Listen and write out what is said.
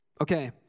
Okay